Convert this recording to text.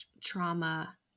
trauma